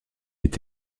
est